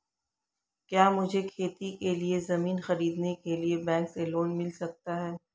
क्या मुझे खेती के लिए ज़मीन खरीदने के लिए बैंक से लोन मिल सकता है?